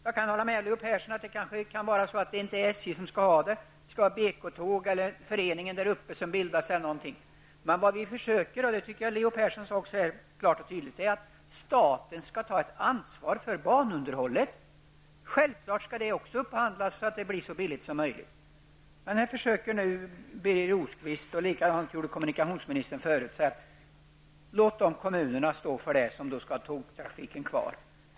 Jag kan hålla med Leo Persson om att det kanske inte är SJ som skall sköta trafiken utan kanske BK-tåg eller föreningen där uppe. Men vi hävdar bestämt, och det tycker jag att Leo Persson också sade klart och tydligt, att staten skall ta ansvar för banunderhållet. Självklart skall det också upphandlas så att det blir så billigt som möjligt. Här säger nu Birger Rosqvist, och likadant gjorde kommunikationsministern förut: Låt kommunerna som vill ha tågtrafiken kvar stå för kostnaderna.